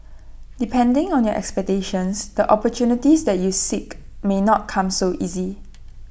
depending on your expectations the opportunities that you seek may not come so easy